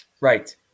Right